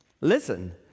Listen